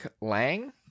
Lang